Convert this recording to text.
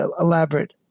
elaborate